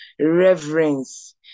reverence